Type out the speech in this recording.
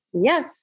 yes